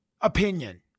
opinion